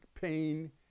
pain